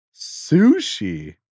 Sushi